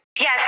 Yes